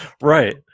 Right